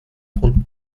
von